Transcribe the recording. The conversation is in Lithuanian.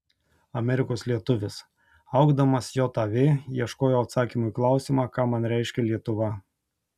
amerikos lietuvis augdamas jav ieškojau atsakymo į klausimą ką man reiškia lietuva